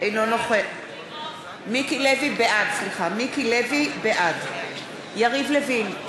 בעד יריב לוין,